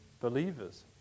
believers